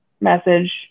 message